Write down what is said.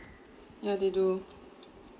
yeah they do